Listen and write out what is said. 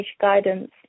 guidance